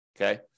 okay